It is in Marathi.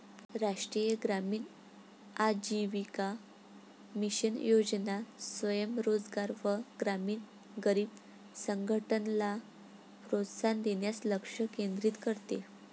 राष्ट्रीय ग्रामीण आजीविका मिशन योजना स्वयं रोजगार व ग्रामीण गरीब संघटनला प्रोत्साहन देण्यास लक्ष केंद्रित करते